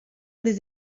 des